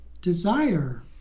Desire